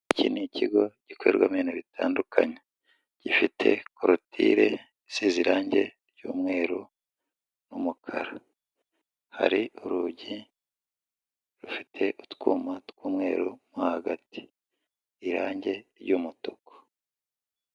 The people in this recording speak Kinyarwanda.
Iki ni ikigo gikorerwamo ibintu bitandukanye gifite korotire isize irangi ry'umweru n'umukara, hari urugi rufite utwuma tw'umweru no hagati irangi ry'umutuku.